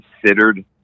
considered